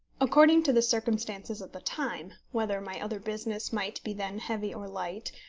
according to the circumstances of the time whether my other business might be then heavy or light,